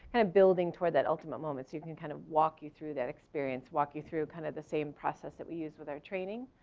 and of building toward that ultimate moment so you can kind of walk you through that experience, walk you through kind of the same process that we use with our training.